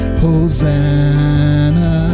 Hosanna